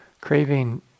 craving